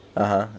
(uh huh)